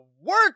work